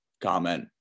comment